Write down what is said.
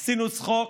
עשינו צחוק,